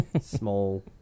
Small